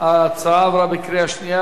ההצעה עברה בקריאה שנייה.